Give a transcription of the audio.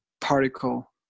particle